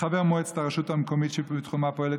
חבר מועצת הרשות המקומית שבתחומה פועלת